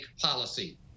policy